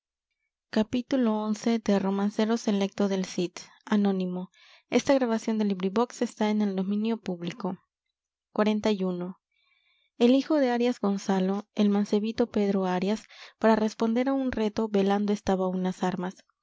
fama xli el hijo de arias gonzalo el mancebito pedro arias para responder á un reto velando estaba unas armas